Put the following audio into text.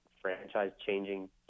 franchise-changing